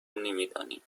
نمیدانیم